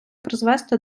призвести